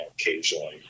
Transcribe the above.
occasionally